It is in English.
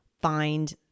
find